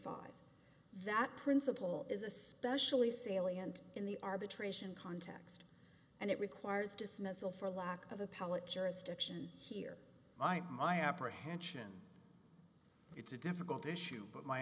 five that principle is especially salient in the arbitration context and it requires dismissal for lack of appellate jurisdiction here i my apprehension it's a difficult issue but my